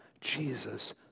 Jesus